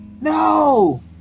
No